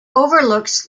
overlooks